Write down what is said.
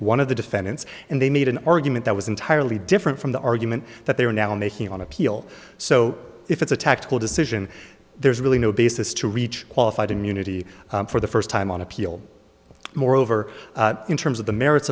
one of the defendants and they made an argument that was entirely different from the argument that they are now making on appeal so if it's a tactical decision there's really no basis to reach qualified immunity for the first time on appeal moreover in terms of the merits